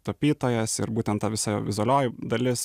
tapytojas ir būtent ta visa jo vizualioji dalis